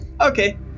Okay